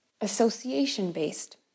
association-based